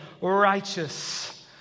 righteous